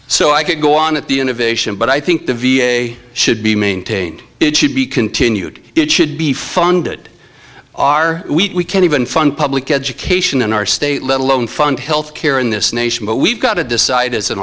so i could go on at the innovation but i think the v a should be maintained it should be continued it should be funded are we can't even fund public education in our state let alone fund health care in this nation but we've got to decide as an